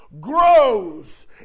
grows